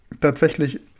Tatsächlich